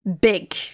big